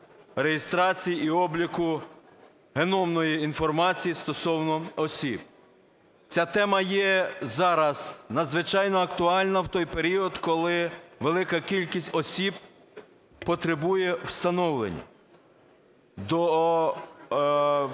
реєстрації і обліку геномної інформації стосовно осіб. Ця тема є зараз надзвичайно актуальна, в той період, коли велика кількість осіб потребує встановлення. Перше повторне